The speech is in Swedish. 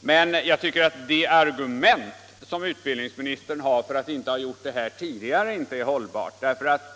Men jag tycker att det argument utbildningsministern har för att inte ha gjort detta tidigare inte är hållbart.